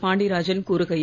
பாண்டியராஜன் கூறுகையில்